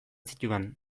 zituen